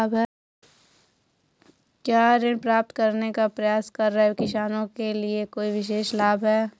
क्या ऋण प्राप्त करने का प्रयास कर रहे किसानों के लिए कोई विशेष लाभ हैं?